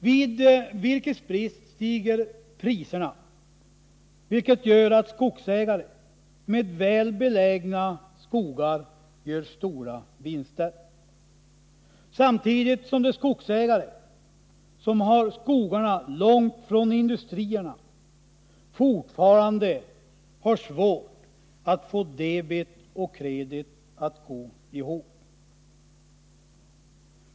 Vid virkesbrist stiger priserna, vilket gör att skogsägare med väl belägna skogar gör stora vinster, samtidigt som de skogsägare som har skogarna långt från industrierna fortfarande har svårt att få debet och kredit att gå ihop.